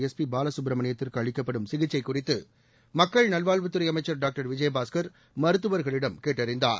SP பாலகப்பிரமணியத்திற்கு அளிக்க்பபடும் சிகிச்சை குறித்து மக்கள் நல்வாழ்வுத்துறை அமைச்சர் டாக்டர் விஜயபாஸ்கர் மருத்துவர்களிடம் கேட்டறிந்தார்